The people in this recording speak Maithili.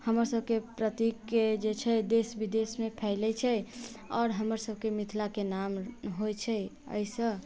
हमरसभके प्रतीकके जे छै देश विदेशमे फैलैत छै आओर हमरसभके मिथिलाके नाम होइत छै एहिसँ